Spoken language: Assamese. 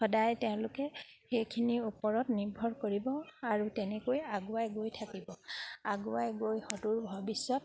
সদায় তেওঁলোকে সেইখিনিৰ ওপৰত নিৰ্ভৰ কৰিব আৰু তেনেকৈ আগুৱাই গৈ থাকিব আগুৱাই গৈ সদূৰ ভৱিষ্যত